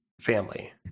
family